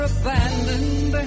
abandoned